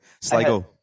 Sligo